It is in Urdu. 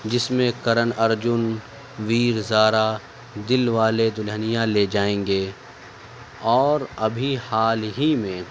جس میں کرن ارجن ویر زارا دل والے دلہنیاں لے جائیں گے اور ابھی حال ہی میں